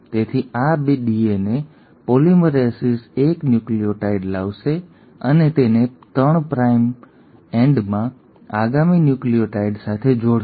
તેથી આ DNA polymerases ૧ nucleotide લાવશે અને તેને ૩ પ્રાઇમ એન્ડમાં આગામી ન્યુક્લિઓટાઇડ સાથે જોડશે